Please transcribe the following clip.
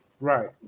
Right